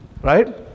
Right